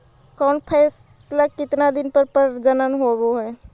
कौन फैसल के कितना दिन मे परजनन होब हय?